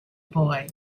boy